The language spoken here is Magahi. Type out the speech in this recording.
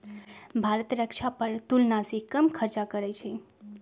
भारत रक्षा पर तुलनासे कम खर्चा करइ छइ